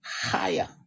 higher